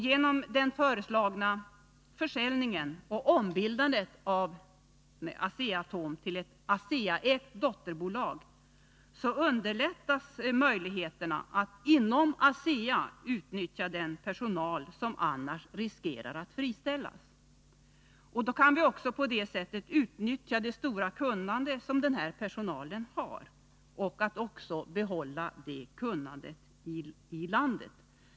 Genom den föreslagna försäljningen och ombildandet av Asea-Atom till ett ASEA-ägt dotterbolag underlättas möjligheterna att inom ASEA utnyttja den personal som annars riskerar att friställas. Vi kan på det sättet utnyttja det stora kunnande som denna personal har och också behålla detta kunnande i landet.